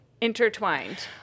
intertwined